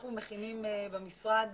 אנחנו מכינים במשרד,